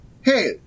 hey